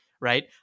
right